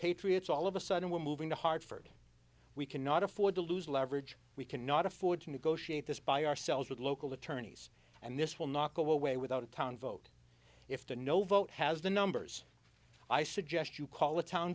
patriots all of a sudden we're moving to hartford we cannot afford to lose leverage we cannot afford to negotiate this by ourselves with local attorneys and this will not go away without a town vote if the no vote has the numbers i suggest you call a town